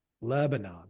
Lebanon